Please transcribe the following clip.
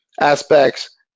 aspects